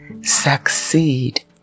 succeed